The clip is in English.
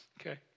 Okay